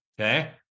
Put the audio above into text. Okay